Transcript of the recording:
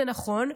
זה נכון,